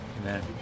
Amen